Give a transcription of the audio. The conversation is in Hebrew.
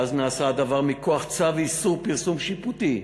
ואז נעשה הדבר מכוח צו איסור פרסום שיפוטי.